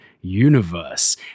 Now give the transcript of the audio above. universe